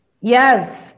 Yes